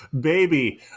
baby